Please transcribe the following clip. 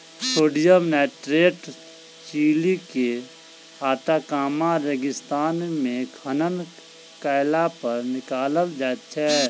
sodium nitrate Chile के Atacama रेगिस्तान मे खनन कयलापर निकालल जाइत छै